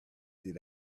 did